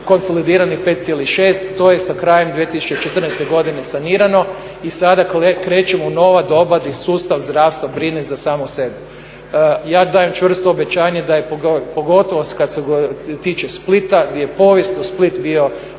konsolidiranom od 5,6. To je sa krajem 2014. godine sanirano i sada krećemo u novo doba gdje sustav zdravstva brine za samog sebe. Ja dajem čvrsto obećanje da je pogotovo što se tiče Splita gdje je povijesno Split bio